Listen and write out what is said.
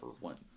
went